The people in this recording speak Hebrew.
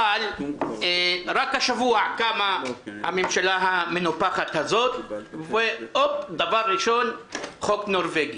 אבל רק השבוע קמה הממשלה המנופחת הזאת והופ: דבר ראשון חוק נורווגי.